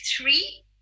three